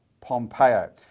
Pompeo